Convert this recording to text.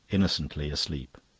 innocently asleep.